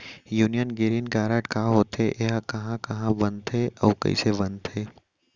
Union green card का होथे, एहा कहाँ बनथे अऊ कइसे बनथे?